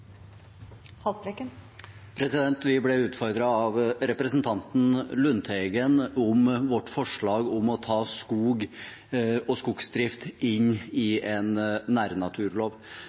det. Vi ble utfordret av representanten Lundteigen om vårt forslag om å ta skog og skogsdrift inn i